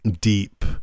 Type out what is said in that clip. deep